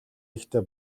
ихтэй